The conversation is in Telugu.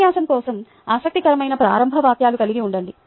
ఉపన్యాసం కోసం ఆసక్తికరమైన ప్రారంభ వ్యాఖ్యలు కలిగి ఉండండి